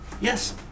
yes